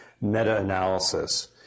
meta-analysis